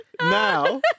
Now